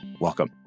Welcome